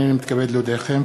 הנני מתכבד להודיעכם,